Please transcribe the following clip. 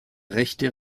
rechte